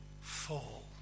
fall